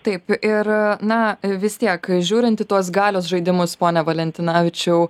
taip ir na vis tiek žiūrint į tuos galios žaidimus pone valentinavičiau